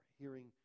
hearing